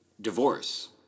divorce